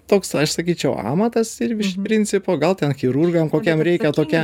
toks aš sakyčiau amatas ir iš principo gal ten chirurgam kokiam reikia tokią